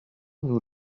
nous